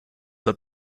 that